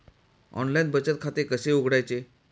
Online बचत खाते कसे उघडायचे?